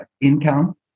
income